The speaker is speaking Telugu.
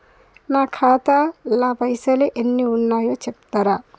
నా ఖాతా లా పైసల్ ఎన్ని ఉన్నాయో చెప్తరా?